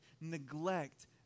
neglect